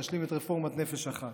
להשלים את רפורמת נפש אחת,